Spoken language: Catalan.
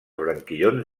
branquillons